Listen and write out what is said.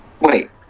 Wait